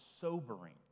sobering